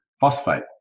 phosphate